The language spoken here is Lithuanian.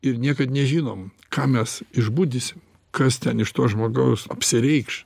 ir niekad nežinom ką mes išbudisim kas ten iš to žmogaus apsireikš